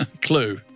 clue